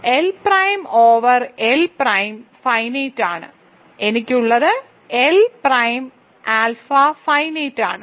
L prime over L prime finite ആണ് എനിക്ക് ഉള്ളത് എൽ പ്രൈം ആൽഫ ഫൈനൈറ്റ് ആണ്